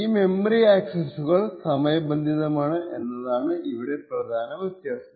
ഈ മെമ്മറി അക്സസ്സുകൾ സമയബന്ധിതമാണ് എന്നതാണ് ഇവിടെ പ്രധാന വ്യത്യാസം